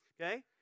okay